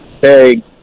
hey